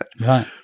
Right